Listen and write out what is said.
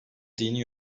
dini